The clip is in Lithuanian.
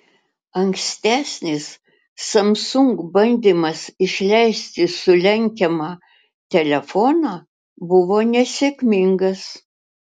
ankstesnis samsung bandymas išleisti sulenkiamą telefoną buvo nesėkmingas